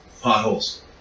Potholes